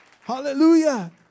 Hallelujah